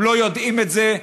הם לא יודעים את זה,